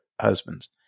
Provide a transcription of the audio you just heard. husbands